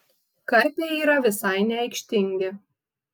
karpiai yra visai neaikštingi